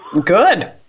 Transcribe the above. Good